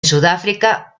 sudáfrica